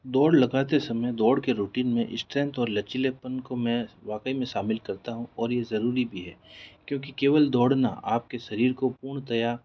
दौड़ लगाते समय दौड़ के रूटीन में स्ट्रैंथ और लचीलेपन को मैं वाकई में शामिल करता हूँ और यह ज़रूरी भी है क्योंकि केवल दौड़ना आपके शरीर को पूर्णतया